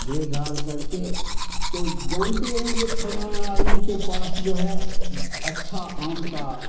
घेर घार करके तो जानते हैं जो फलाना आदमी के पास जो है अच्छा आम का